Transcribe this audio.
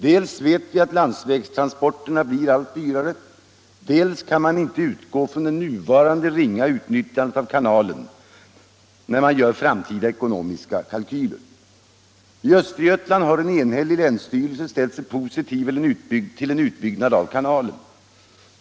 Dels vet vi att landsvägstransporterna blir allt dyrare, dels kan man inte utgå från det nuvarande ringa utnyttjandet av kanalen när man gör framtida ekonomiska kalkyler. I Östergötland har en enhällig länsstyrelse ställt sig positiv till en utbyggnad av kanalen.